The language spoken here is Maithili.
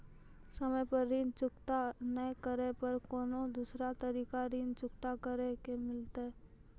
समय पर ऋण चुकता नै करे पर कोनो दूसरा तरीका ऋण चुकता करे के मिलतै?